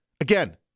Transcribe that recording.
again